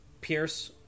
pierce